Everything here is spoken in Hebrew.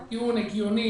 זה טיעון הגיוני,